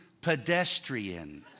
pedestrian